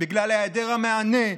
בגלל היעדר המענה,